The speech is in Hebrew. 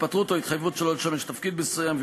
התפטרות או התחייבות שלא לשמש בתפקיד מסוים,